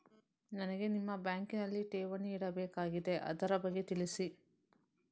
ನನಗೆ ನಿಮ್ಮ ಬ್ಯಾಂಕಿನಲ್ಲಿ ಠೇವಣಿ ಇಡಬೇಕಾಗಿದೆ, ಅದರ ಬಗ್ಗೆ ತಿಳಿಸಿ